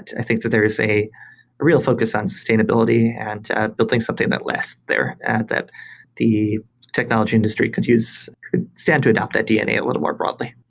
i think that there is a real focus on sustainability and to building something that lasts there, and that the technology industry could use stand to adopt that dna a little more broadly.